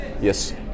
yes